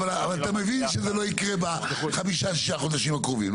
אבל אתה מבין שזה לא יקרה בחמישה-שישה החודשים הקרובים,